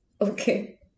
Okay